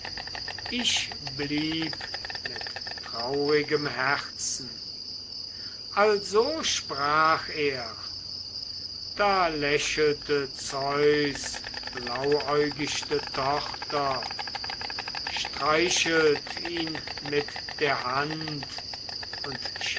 ich blieb mit traurigem herzen also sprach er da lächelte zeus blauäugichte tochter streichelt ihn mit der hand und